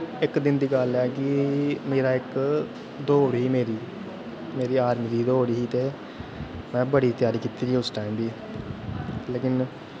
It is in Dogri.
इक दिन दी गल्ल ऐ कि मेरा इक दौड़ ही मेरी आर्मी दी दौड़ ही मेरी ते में बड़ी त्यारी कीती दी उस टैम ते लेकिन